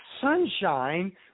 sunshine